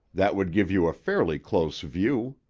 that would give you a fairly close view.